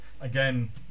Again